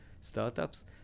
startups